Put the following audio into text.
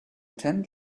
tent